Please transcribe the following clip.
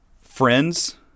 Friends